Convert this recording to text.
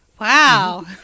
Wow